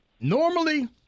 Normally